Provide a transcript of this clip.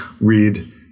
read